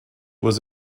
was